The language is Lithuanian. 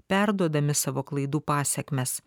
perduodami savo klaidų pasekmes